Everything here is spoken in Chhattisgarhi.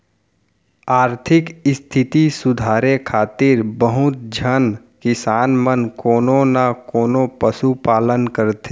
आरथिक इस्थिति सुधारे खातिर बहुत झन किसान मन कोनो न कोनों पसु पालन करथे